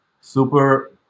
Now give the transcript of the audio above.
super